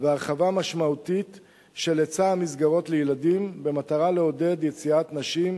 ובהרחבה משמעותית של היצע המסגרות לילדים במטרה לעודד יציאת נשים